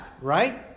right